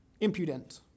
impudent